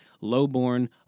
lowborn